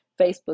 facebook